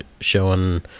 showing